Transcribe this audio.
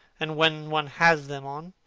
and when one has them on,